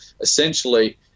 Essentially